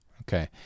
okay